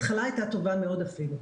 ההתחלה הייתה טובה מאוד אפילו.